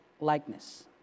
likeness